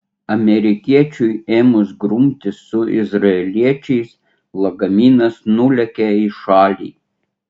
amerikiečiui ėmus grumtis su izraeliečiais lagaminas nulėkė į šalį